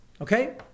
Okay